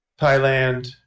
Thailand